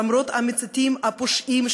למרות המציתים הפושעים,